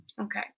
Okay